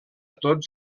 tots